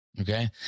Okay